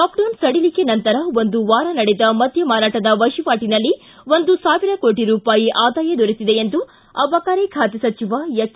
lockdown ಸಡಿಲಿಕೆ ನಂತರ ಒಂದು ವಾರ ನಡೆದ ಮದ್ದ ಮಾರಾಟದ ವಹಿವಾಟಿನಲ್ಲಿ ಒಂದು ಸಾವಿರ ಕೋಟಿ ರೂಪಾಯಿ ಆದಾಯ ದೊರೆತಿದೆ ಎಂದು ಅಬಕಾರಿ ಖಾತೆ ಸಚಿವ ಎಚ್